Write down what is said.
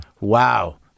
Wow